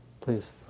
Please